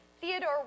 Theodore